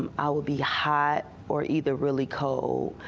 i would be hot or either really cold.